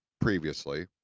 previously